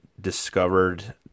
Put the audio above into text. discovered